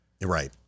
Right